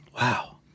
Wow